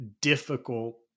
difficult